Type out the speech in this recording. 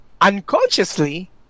Unconsciously